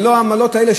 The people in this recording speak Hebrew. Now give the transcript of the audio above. ללא העמלות האלה,